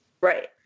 Right